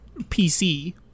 PC